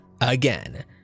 Again